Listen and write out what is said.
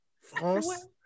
France